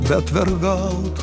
bet vergaut